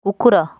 କୁକୁର